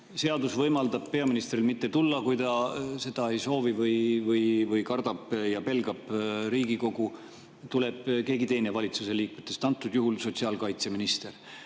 seadus võimaldab peaministril mitte tulla, kui ta seda ei soovi või kardab ja pelgab, Riigikokku tuleb keegi teine valitsuse liikmetest, antud juhul sotsiaalkaitseminister.